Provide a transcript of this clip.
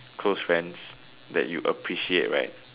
close friends that you appreciate right